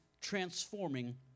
transforming